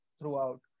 throughout